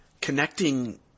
connecting